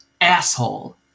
asshole